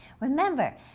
Remember